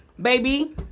baby